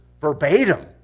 verbatim